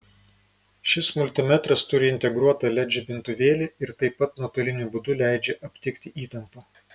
šis multimetras turi integruotą led žibintuvėlį ir taip pat nuotoliniu būdu leidžia aptikti įtampą